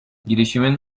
girişimin